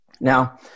Now